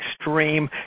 extreme